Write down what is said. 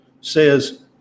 says